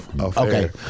Okay